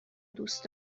دوست